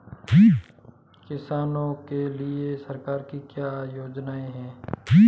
किसानों के लिए सरकार की क्या योजनाएं हैं?